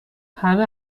همه